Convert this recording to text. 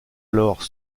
alors